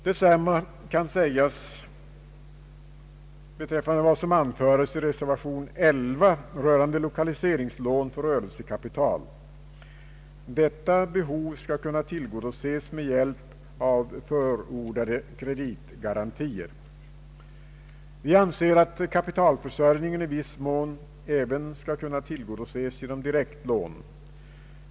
Detsamma kan sägas beträffande vad som anföres i reservation 11 om lokaliseringslån för rörelsekapital. Detta behov skall kunna tillgodoses med hjälp av förordade kreditgarantier. Vi anser att kapitalförsörjningen i viss mån även skall kunna tillgodoses genom direktlån.